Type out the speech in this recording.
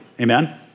Amen